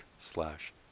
slash